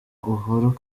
uhuru